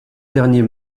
derniers